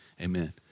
amen